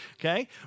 Okay